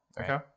Okay